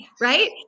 right